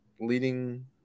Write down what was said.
leading